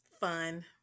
fun